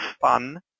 fun